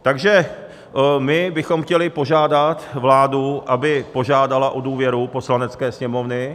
Takže my bychom chtěli požádat vládu, aby požádala o důvěru Poslanecké sněmovny.